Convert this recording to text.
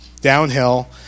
downhill